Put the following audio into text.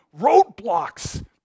roadblocks